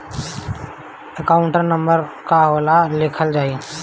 Account number कहवा लिखल जाइ?